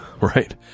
right